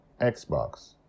Xbox